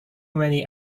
many